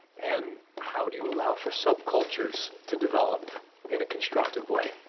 and how do you allow for subcultures to develop in a constructive way?